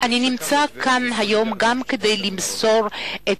אני נמצא כאן היום גם כדי למסור את